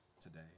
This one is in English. today